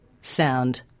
sound